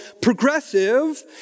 progressive